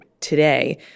today